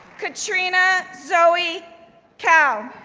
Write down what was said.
katrina zoe kao,